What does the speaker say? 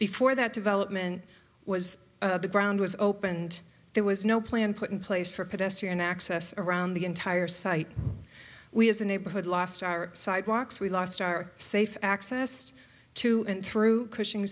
before that development was the ground was opened there was no plan put in place for pedestrian access around the entire site we as a neighborhood lost our sidewalks we lost our safe access to and through cushing